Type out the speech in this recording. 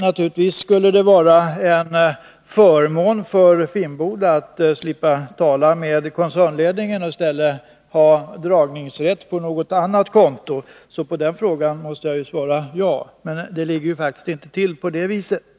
Naturligtvis skulle det vara en förmån för Finnboda att slippa tala med koncernledningen och i stället ha dragningsrätt på något annat konto, så på den frågan måste jag svara ja, men det ligger faktiskt inte till på det sättet. Också